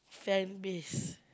fanbase